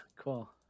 cool